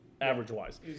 average-wise